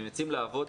הם יוצאים לעבוד,